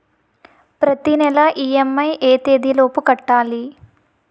ప్రతినెల ఇ.ఎం.ఐ ఎ తేదీ లోపు కట్టాలి?